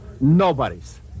Nobody's